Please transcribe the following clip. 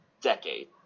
decade